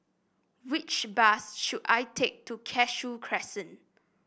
which bus should I take to Cashew Crescent